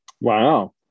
Wow